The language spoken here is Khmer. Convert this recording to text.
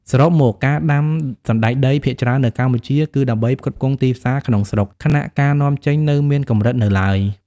សរុបមក ការដាំសណ្ដែកដីភាគច្រើននៅកម្ពុជាគឺដើម្បីផ្គត់ផ្គង់ទីផ្សារក្នុងស្រុក ខណៈការនាំចេញនៅមានកម្រិតនៅឡើយ។